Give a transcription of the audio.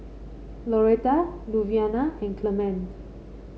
Loretta Luvinia and Clement